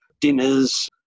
dinners